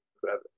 forever